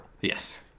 Yes